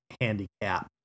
handicap